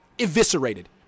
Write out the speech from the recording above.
eviscerated